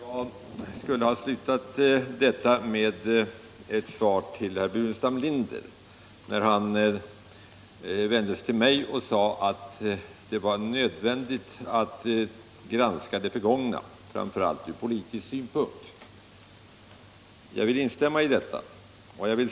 Herr talman! Jag vill bara göra en komplettering av mitt senaste anförande. Jag skulle ha svarat herr Burenstam Linder, när han vände sig till mig och sade att det var nödvändigt att granska det förgångna framför allt från politisk synpunkt, att jag instämmer i detta.